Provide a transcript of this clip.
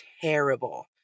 terrible